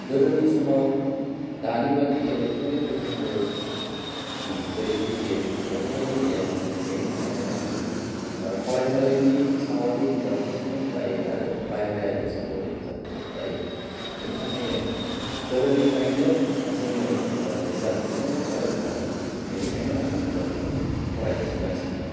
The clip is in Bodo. गोदोनि समाव दानि बादि इलेक्ट्रनिक रोखोमफोरनि जेरै पि डि एफ बेफोरबादि गैयामोन बेनि थाखायनो आङो फरायसालिनि सावारि बिजाबफोरखौनो फरायो आरो बाहेरायरि सावारि बिजाबखौ फरायोमोन बिनि थाखायनो गोदोनिफ्रायनो जोङो बिजाबफोरखौनो फरायबोखादों बिनिखायनो आङो बिजाबखौनो फरायनो मोजांसिन मोनदोंमोन